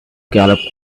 galloped